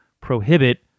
prohibit